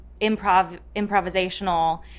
improvisational